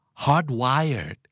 hardwired